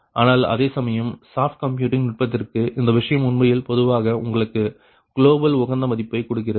ஆனால் அதேசமயம் soft computing நுட்பத்திற்காக இந்த விஷயம் உண்மையில் பொதுவாக உங்களுக்கு குளோபல் உகந்த மதிப்பை கொடுக்கிறது